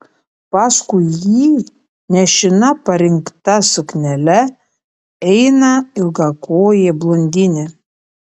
paskui jį nešina parinkta suknele eina ilgakojė blondinė